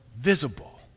visible